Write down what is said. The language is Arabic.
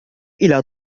إلى